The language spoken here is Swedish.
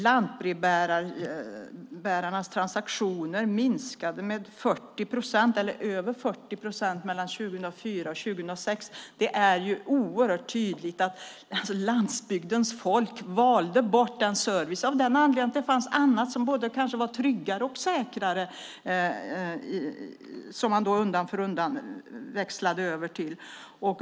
Lantbrevbärarnas transaktioner minskade med mer än 40 procent mellan 2004 och 2006. Det är helt tydligt att landsbygdens folk valde bort den servicen av den anledningen att det fanns annat som kanske var både tryggare och säkrare som man undan för undan växlade över till.